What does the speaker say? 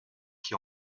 qui